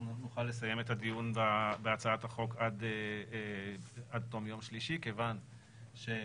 נוכל לסיים את הדיון בהצעת החוק עד תום יום שלישי כיוון שיש